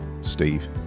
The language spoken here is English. Steve